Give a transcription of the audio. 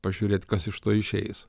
pažiūrėt kas iš to išeis